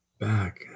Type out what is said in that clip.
back